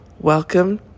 Welcome